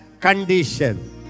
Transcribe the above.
condition